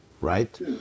right